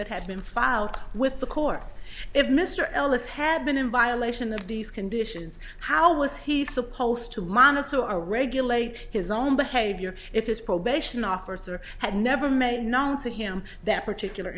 that had been filed with the court if mr ellis had been in violation of these conditions how was he supposed to monitor our regulate his own behavior if his probation officer had never made known to him that particular